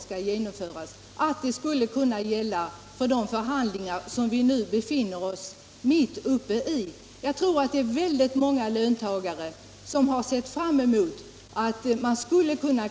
Reformen borde kunna genomföras i anslutning till de förhandlingar som vi nu befinner oss mitt uppe i. Jag tror att väldigt många löntagare har förväntat sig detta.